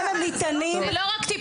הם ניתנים עד השעה 15:00. זה לא רק טיפולים,